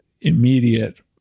immediate